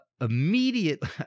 Immediately